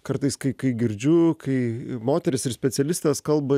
kartais kai kai girdžiu kai moterys ir specialistės kalba